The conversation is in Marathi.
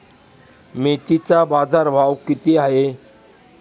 मेथीचा बाजारभाव किती आहे?